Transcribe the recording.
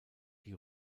die